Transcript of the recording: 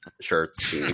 shirts